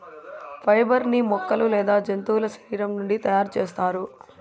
fibre ని మొక్కలు లేదా జంతువుల శరీరం నుండి తయారు చేస్తారు